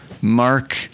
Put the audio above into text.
mark